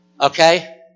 Okay